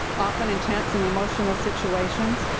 often intense and emotional situations,